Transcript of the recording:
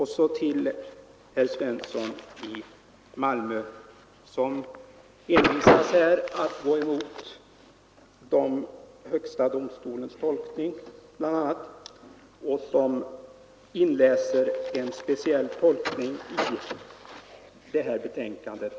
Herr Svensson i Malmö envisas att gå emot bl.a. högsta domstolens tolkning, och han inläser en speciell tolkning i det här betänkandet.